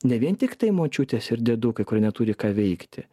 ne vien tiktai močiutės ir diedukai kurie neturi ką veikti